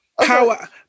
power